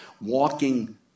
walking